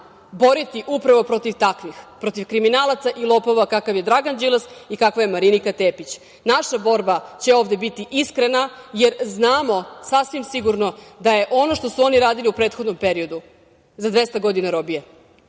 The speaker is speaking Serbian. boriti upravo protiv takvih, protiv kriminalaca i lopova kakav je Dragan Đilas i kakva je Marinika Tepić. Naša borba će ovde biti iskrena, jer znamo sasvim sigurno da je ono što su oni radili u prethodnom periodu za 200 godina robije.